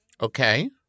Okay